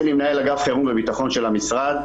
חירום וביטחון של המשרד.